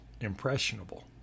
impressionable